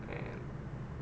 and